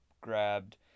grabbed